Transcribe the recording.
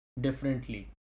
differently